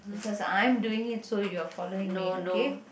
because I am doing it so you are following me okay